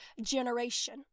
generation